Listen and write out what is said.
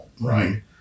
right